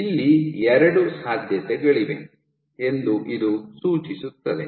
ಇಲ್ಲಿ ಎರಡು ಸಾಧ್ಯತೆಗಳಿವೆ ಎಂದು ಇದು ಸೂಚಿಸುತ್ತದೆ